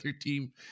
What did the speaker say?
team